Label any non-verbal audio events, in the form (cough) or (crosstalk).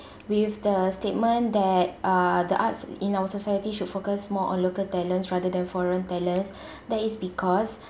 with the statement that uh the arts in our society should focus more on local talents rather than foreign talents (breath) that is because